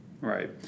Right